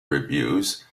reviews